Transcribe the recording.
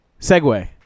segue